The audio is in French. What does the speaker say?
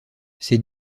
ses